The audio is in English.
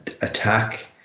attack